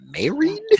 married